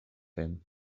him